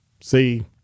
See